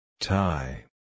Tie